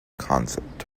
concept